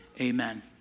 Amen